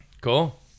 Cool